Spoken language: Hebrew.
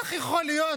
איך יכול להיות